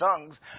tongues